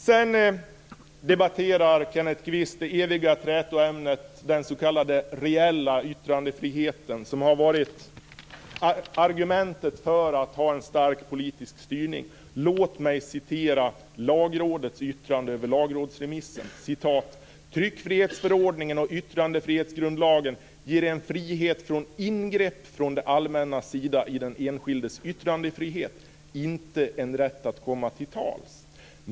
Sedan tar Kenneth Kvist upp det eviga trätoämnet, den s.k. reella yttrandefriheten, som har varit argumentet för att man ska ha en stark politisk styrning. Låt mig citera Lagrådets yttrande över lagrådsremissen: "Tryckfrihetsförordningen och yttrandefrihetsgrundlagen ger en frihet från ingrepp från det allmännas sida i den enskildes yttrandefrihet, inte en rätt att komma till tals.